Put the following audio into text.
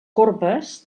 corbes